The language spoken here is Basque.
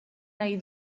nahi